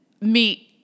meet